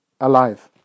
alive